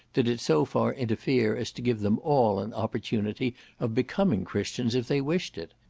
did it so far interfere as to give them all an opportunity of becoming christians if they wished it.